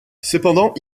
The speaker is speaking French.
cependant